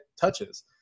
touches